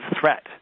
threat